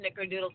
snickerdoodle